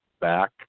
back